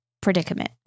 predicament